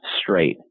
straight